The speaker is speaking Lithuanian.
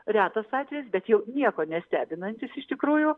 retas atvejis bet jau nieko nestebinantis iš tikrųjų